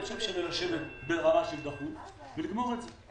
אני חושב ששווה לשבת ולגמור את זה.